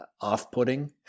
off-putting